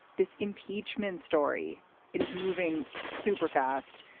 this impeachment story is moving super fast.